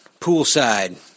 poolside